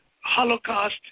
Holocaust